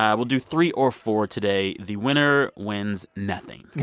um we'll do three or four today. the winner wins nothing yeah